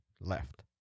left